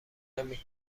نمی